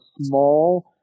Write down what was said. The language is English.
small